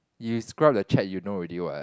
you scroll up the chat you know already what